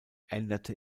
änderte